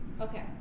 Okay